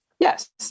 Yes